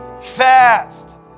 Fast